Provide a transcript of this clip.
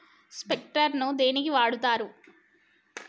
Sprinkler ను దేనికి వాడుతరు?